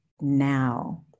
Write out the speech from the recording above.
now